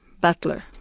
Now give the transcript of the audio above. butler